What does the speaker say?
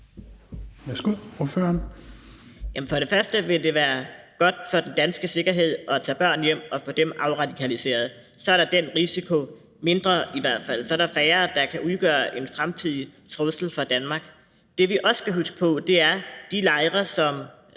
Hegaard (RV): Jamen først og fremmest vil det være godt for den danske sikkerhed at tage børnene hjem og få dem afradikaliseret. Så er der den risiko mindre i hvert fald. Så er der færre, der kan udgøre en fremtidig trussel for Danmark. Det, vi også skal huske på, er, at de lejre, som